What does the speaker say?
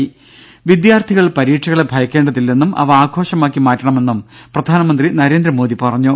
ദേദ വിദ്യാർത്ഥികൾ പരീക്ഷകളെ ഭയക്കേണ്ടതില്ലെന്നും അവ ആഘോഷമാക്കി മാറ്റണമെന്നും പ്രധാനമന്ത്രി നരേന്ദ്രമോദി പറഞ്ഞു